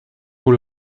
pour